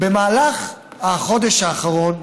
בחודש האחרון